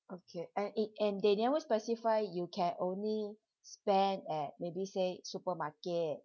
okay and it and they never specify you can only spend at maybe say supermarket